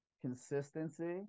Consistency